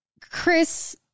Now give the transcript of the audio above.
Chris